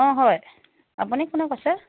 অঁ হয় আপুনি কোনে কৈছে